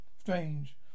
Strange